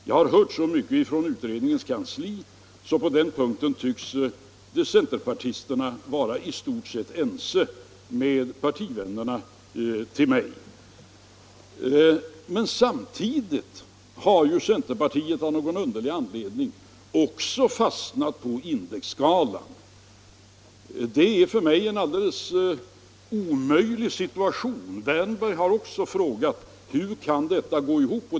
Jag har hört så mycket från utredningens kansli att jag fått det intrycket att centerpartisterna på den punkten i stort sett tycks vara ense med mina partivänner. Men samtidigt har man i centerpartiet av någon underlig anledning fastnat på indexskalan. Detta är för mig en alldeles omöjlig situation. Herr Wärnberg frågade ju också hur detta kunde gå ihop.